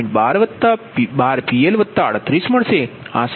12PL38મળશે આ સમીકરણ 8 છે